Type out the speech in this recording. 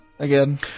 again